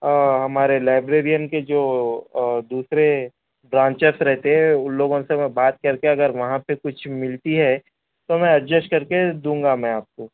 ہمارے لائبریرین کے جو دوسرے برانچیس رہتے ہے ان لوگوں سے میں بات کر کے اگر وہاں پہ کچھ ملتی ہے تو میں ایڈجسٹ کر کے دوں گا میں آپ کو